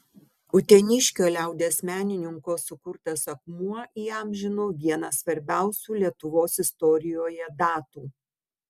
uteniškio liaudies menininko sukurtas akmuo įamžino vieną svarbiausių lietuvos istorijoje datų